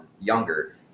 younger